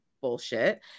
Bullshit